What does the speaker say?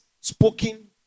spoken